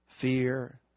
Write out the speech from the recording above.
fear